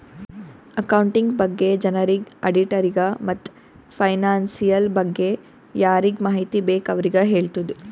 accounting ಬಗ್ಗೆ ಜನರಿಗ್, ಆಡಿಟ್ಟರಿಗ ಮತ್ತ್ ಫೈನಾನ್ಸಿಯಲ್ ಬಗ್ಗೆ ಯಾರಿಗ್ ಮಾಹಿತಿ ಬೇಕ್ ಅವ್ರಿಗ ಹೆಳ್ತುದ್